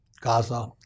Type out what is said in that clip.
Gaza